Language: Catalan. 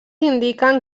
indiquen